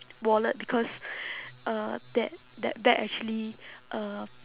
wallet because uh that that bag actually uh